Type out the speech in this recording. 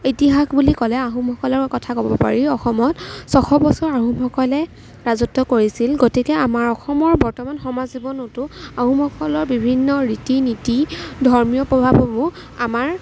ইতিহাস বুলি ক'লে আহোমসকলৰ কথা ক'ব পাৰি অসমত ছশ বছৰ আহোমসকলে ৰাজত্ব কৰিছিল গতিকে আমাৰ অসমৰ বৰ্তমান সমাজ জীৱনতো আহোমসকলৰ বিভিন্ন ৰীতি নীতি ধৰ্মীয় প্ৰভাৱসমূহ আমাৰ